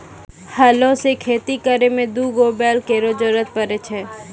हलो सें खेती करै में दू गो बैल केरो जरूरत पड़ै छै